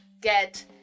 get